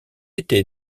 été